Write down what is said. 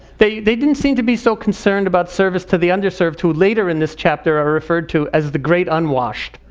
they they didn't seem to be so concerned about service to the underserved, who late in this chapter are referred to as the great unwashed.